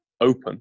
open